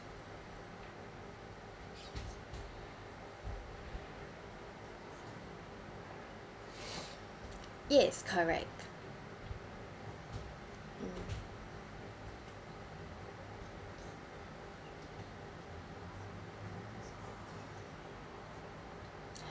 yes correct